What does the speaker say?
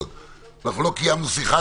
אנחנו לא קיימנו שיחה.